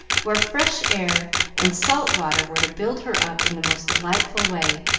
where fresh air and salt water were to build her up in the most delightful way.